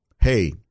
Hey